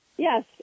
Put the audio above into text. Yes